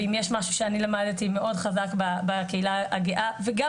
ואם יש משהו שאני למדתי מאוד חזק בקהילה הגאה וגם